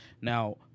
Now